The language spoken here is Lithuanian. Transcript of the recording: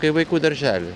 kai vaikų daržely